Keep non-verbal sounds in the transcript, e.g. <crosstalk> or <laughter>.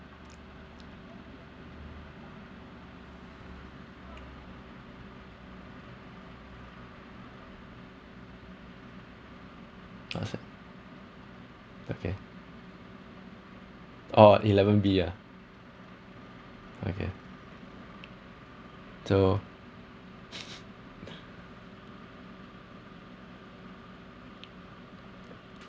I see okay oh eleven b ah okay so <laughs>